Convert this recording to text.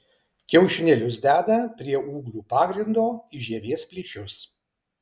kiaušinėlius deda prie ūglių pagrindo į žievės plyšius